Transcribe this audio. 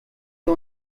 wir